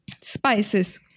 spices